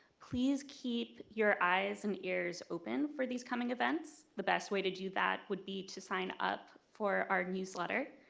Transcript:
please keep your eyes and ears open for these coming events the best way to do that would be to sign up for our newsletter.